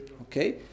Okay